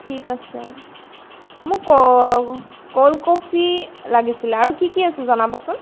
ঠিক আছে মোক ক'ল্ড কফি লাগিছিলে আৰু কি কি আছে জনাবচোন